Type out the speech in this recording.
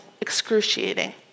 excruciating